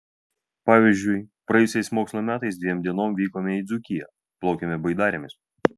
pavyzdžiui praėjusiais mokslo metais dviem dienom vykome į dzūkiją plaukėme baidarėmis